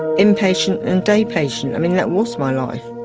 in patient and day patient, i mean that was my life.